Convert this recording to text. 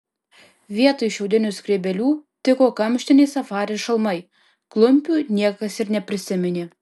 vietoj šiaudinių skrybėlių tiko kamštiniai safari šalmai klumpių niekas ir neprisiminė